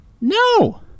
No